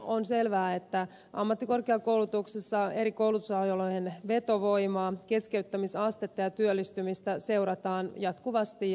on selvää että ammattikorkeakoulutuksessa eri koulutusalojen vetovoimaa keskeyttämisastetta ja työllistymistä seurataan jatkuvasti